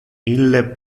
ille